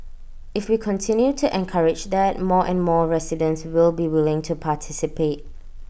if we continue to encourage that more and more residents will be willing to participate